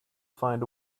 find